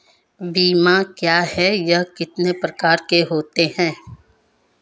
बीमा क्या है यह कितने प्रकार के होते हैं?